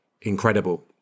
incredible